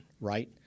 right